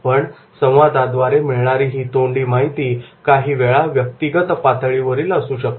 पण संवादाद्वारे मिळणारी ही तोंडी माहिती काहीवेळा व्यक्तिगत पातळीवरील असू शकते